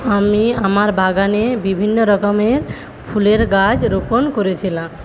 আমি আমার বাগানে বিভিন্ন রকমের ফুলের গাছ রোপণ করেছিলাম